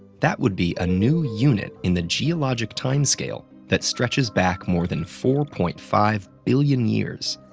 that would be a new unit in the geologic time scale that stretches back more than four point five billion years,